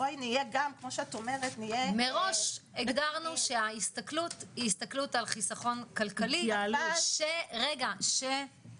מראש הגדרנו שההסתכלות היא על חיסכון כלכלי שלא